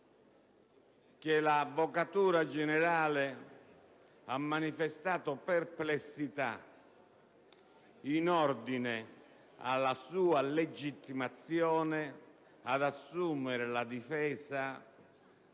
che l'Avvocatura generale dello Stato ha manifestato perplessità in ordine alla sua legittimazione ad assumere la difesa